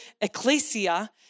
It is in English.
ecclesia